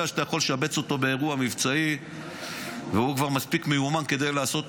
שאתה יכול לשבץ אותו באירוע מבצעי והוא כבר מספיק מיומן כדי לעשות